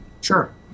Sure